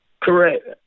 Correct